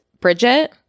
Bridget